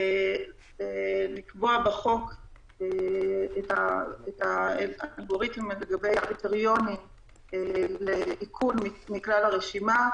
לקבוע בחוק את האלגוריתם לגבי הקריטריונים לאיכון מכלל הרשימה,